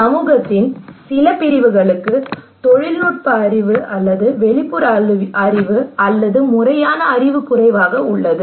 சமூகத்தின் சில பிரிவுகளுக்கு தொழில்நுட்ப அறிவு அல்லது வெளிப்புற அறிவு அல்லது முறையான அறிவு குறைவாக உள்ளது